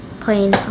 playing